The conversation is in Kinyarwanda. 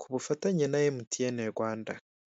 ku bufatanye na emutiyene Rwanda.